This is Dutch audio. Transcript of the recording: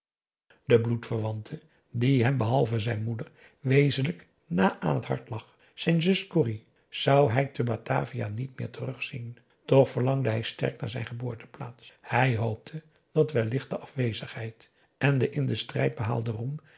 de bloedverwante die hem behalve zijn moeder wezenlijk na aan het hart lag zijn zus corrie zou hij te batavia niet meer terugzien toch verlangde hij sterk naar zijn geboorteplaats hij hoopte dat wellicht de afwezigheid en de in den strijd behaalde roem